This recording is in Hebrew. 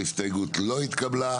0 ההסתייגות לא התקלה.